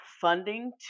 funding